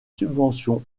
subventions